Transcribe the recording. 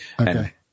Okay